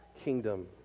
kingdom